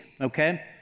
okay